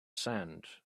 sand